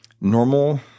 normal